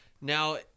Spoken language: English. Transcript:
Now